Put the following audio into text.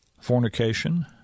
fornication